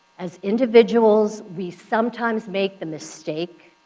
as individuals, we sometimes make the mistake